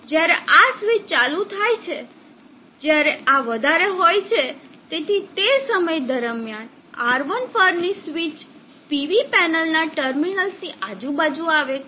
હવે જ્યારે આ સ્વીચ ચાલુ થાય છે જ્યારે આ વધારે હોય છે તેથી તે સમય દરમિયાન R1 પરની સ્વિચ પીવી પેનલના ટર્મિનલ્સની આજુબાજુ આવે છે